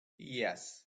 yes